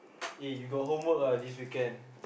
eh you got homework ah this weekend